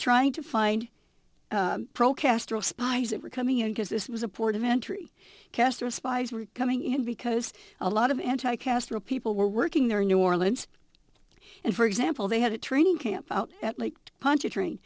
trying to find pro castro spies that were coming in because this was a port of entry castro spies were coming in because a lot of anti castro people were working there in new orleans and for example they had a training camp out at lake ponchartrain